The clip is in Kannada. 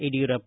ಯಡಿಯೂರಪ್ಪ